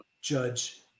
judge